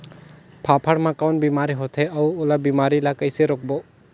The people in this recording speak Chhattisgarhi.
फाफण मा कौन बीमारी होथे अउ ओला बीमारी ला कइसे रोकबो?